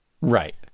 Right